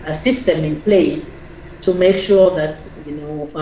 ah system in place to make sure that you know